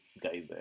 guys